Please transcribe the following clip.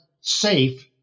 safe